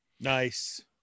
Nice